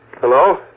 hello